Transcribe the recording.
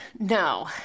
No